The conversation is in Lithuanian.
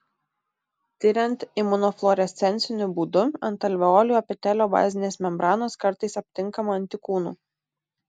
tiriant imunofluorescenciniu būdu ant alveolių epitelio bazinės membranos kartais aptinkama antikūnų